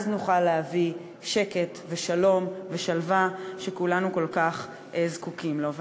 אז נוכל להביא שקט ושלום ושלווה שכולנו כל כך זקוקים להם.